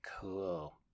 cool